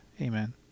Amen